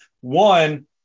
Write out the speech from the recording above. one